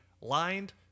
lined